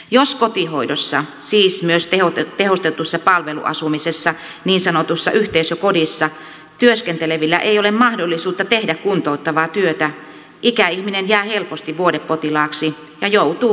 jos kotihoidossa siis myös tehostetussa palveluasumisessa niin sanotussa yhteisökodissa työskentelevillä ei ole mahdollisuutta tehdä kuntouttavaa työtä ikäihminen jää helposti vuodepotilaaksi ja joutuu pitkäaikaislaitoshoitoon